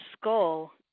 skull